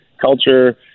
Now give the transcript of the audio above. culture